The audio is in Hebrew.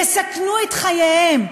יסכנו את חייהם,